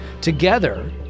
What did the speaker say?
Together